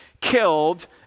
killed